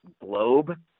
globe